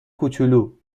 کوچولو